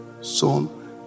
son